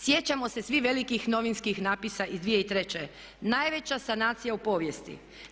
Sjećamo se svi velikih novinskih natpisa iz 2003., najveća sanacija u povijesti.